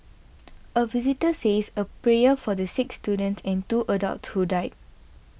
a visitor says a prayer for the six students and two adults who died